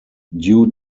due